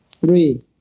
three